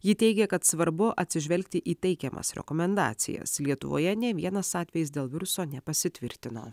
ji teigia kad svarbu atsižvelgti į teikiamas rekomendacijas lietuvoje nė vienas atvejis dėl viruso nepasitvirtino